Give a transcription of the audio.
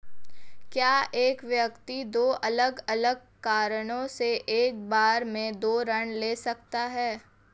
क्या एक व्यक्ति दो अलग अलग कारणों से एक बार में दो ऋण ले सकता है?